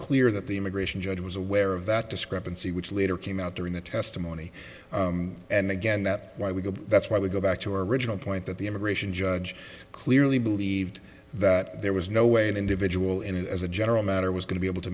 clear that the immigration judge was aware of that discrepancy which later came out during the testimony and again that's why we go that's why we go back to our original point that the immigration judge clearly believed that there was no way an individual and as a general matter was going to be able to